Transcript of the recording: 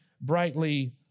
brightly